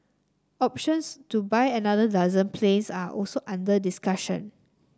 options to buy another dozen planes are also under discussion